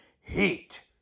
Heat